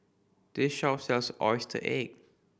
this shop sells oyster cake